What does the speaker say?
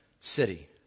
city